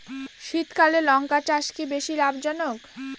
শীতকালে লঙ্কা চাষ কি বেশী লাভজনক?